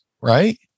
right